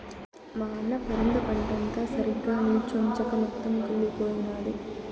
మా అన్న పరింద పంటంతా సరిగ్గా నిల్చొంచక మొత్తం కుళ్లిపోయినాది